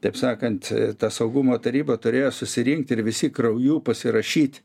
taip sakant ta saugumo taryba turėjo susirinkt ir visi krauju pasirašyt